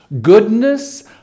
Goodness